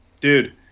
Dude